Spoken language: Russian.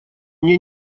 мне